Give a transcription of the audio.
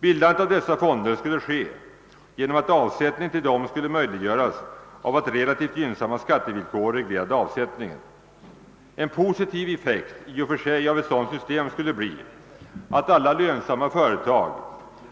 Bildandet av dessa fonder skulle ske genom att avsättning till dem möjliggjordes av att relativt gynnsamma skattevillkor reglerade avsättningen. En positiv effekt i och för sig av ett sådant system skulle bli att alla lönsamma företag